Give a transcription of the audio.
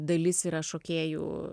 dalis yra šokėjų